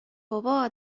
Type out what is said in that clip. بابا